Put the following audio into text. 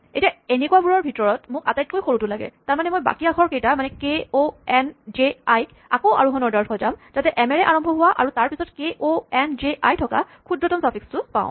এতিয়া এনেকুৱা বোৰৰ ভিতৰত মোক আটাইতকৈ সৰুটো লাগে তাৰমানে মই বাকী আখৰকেইটা মানে K O N J I ক আকৌ আৰোহন অৰ্ডাৰত সজাম যাতে এম ৰে আৰম্ভ হোৱা আৰু তাৰ পিচত K O N J I থকা ক্ষুদ্ৰতম চাফিক্সটো পাওঁ